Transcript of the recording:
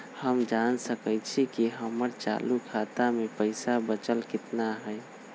हम जान सकई छी कि हमर चालू खाता में पइसा बचल कितना हई